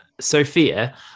Sophia